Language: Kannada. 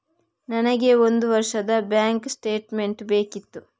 ನನಗೆ ಒಂದು ವರ್ಷದ ಬ್ಯಾಂಕ್ ಸ್ಟೇಟ್ಮೆಂಟ್ ಬೇಕಿತ್ತು